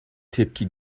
tepki